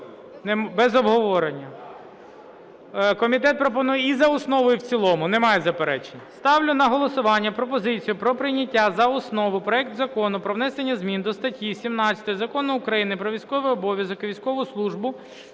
Без обговорення. Комітет пропонує і за основу, і в цілому. Немає заперечень. Ставлю на голосування пропозицію про прийняття за основу проекту Закону про внесення зміни до статті 17 Закону України "Про військовий обов'язок і військову службу"